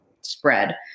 spread